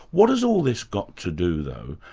what has all this got to do though,